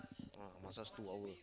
uh massage two hour